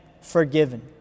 forgiven